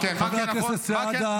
זה לא נכון.